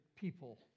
people